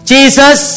Jesus